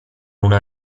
una